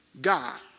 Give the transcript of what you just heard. God